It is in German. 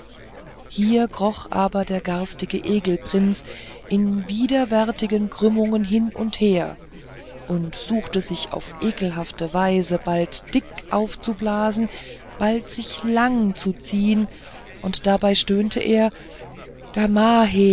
hier kroch aber der garstige egelprinz in widerwärtigen krümmungen hin und her und suchte sich auf ekelhafte weise bald dick aufzublasen bald sich lang zu ziehen und dabei stöhnte er